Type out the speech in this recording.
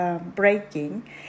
breaking